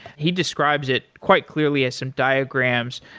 he describes it quite clearly as some diagrams,